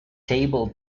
table